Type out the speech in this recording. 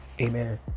Amen